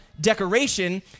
decoration